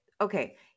okay